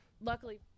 luckily